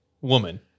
woman